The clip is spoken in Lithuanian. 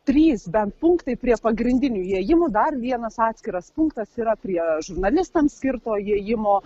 trys bent punktai prie pagrindinių įėjimų dar vienas atskiras punktas yra prie žurnalistams skirto įėjimo